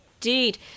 indeed